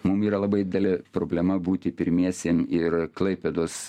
mum yra labai dideli problema būti pirmiesiem ir klaipėdos